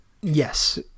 Yes